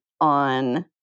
on